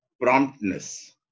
promptness